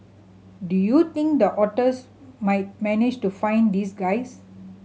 do you think the otters might manage to find these guys